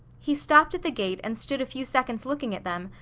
he stopped at the gate and stood a few seconds looking at them,